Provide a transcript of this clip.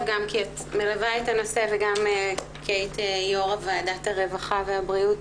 כי את מלווה את הנושא וגם היית יו"ר ועדת הרווחה והבריאות